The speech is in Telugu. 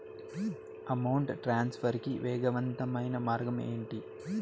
అమౌంట్ ట్రాన్స్ఫర్ కి వేగవంతమైన మార్గం ఏంటి